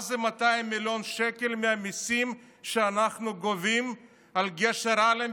מה זה 200 מיליון שקל מהמיסים שאנחנו גובים על גשר אלנבי,